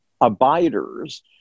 abiders